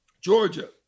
Georgia